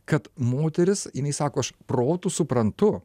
kad moteris jinai sako aš protu suprantu